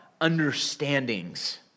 understandings